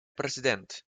präsident